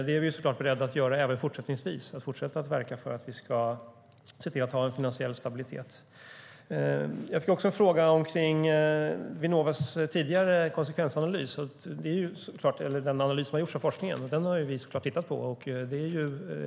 Det är vi såklart beredda att göra även fortsättningsvis, att fortsätta verka för att vi ska se till att ha en finansiell stabilitet. Jag fick också en fråga kring Vinnovas tidigare konsekvensanalys, den analys som har gjorts av forskningen. Den har vi tittat på.